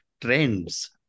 trends